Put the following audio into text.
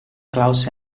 klaus